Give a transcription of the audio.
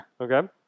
okay